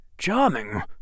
Charming